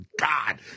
God